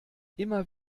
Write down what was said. immer